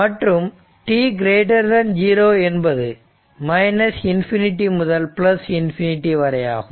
மற்றும் t0 என்பது ∞ முதல் ∞ வரையாகும்